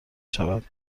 شود